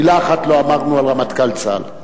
מלה אחת לא אמרנו על רמטכ"ל צה"ל.